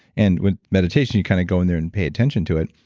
and with meditation, you kind of go in there and pay attention to it.